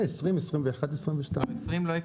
20 לא הקראנו.